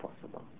possible